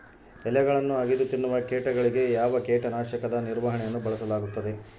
ಎಲೆಗಳನ್ನು ಅಗಿದು ತಿನ್ನುವ ಕೇಟಗಳಿಗೆ ಯಾವ ಕೇಟನಾಶಕದ ನಿರ್ವಹಣೆಯನ್ನು ಬಳಸಲಾಗುತ್ತದೆ?